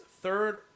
third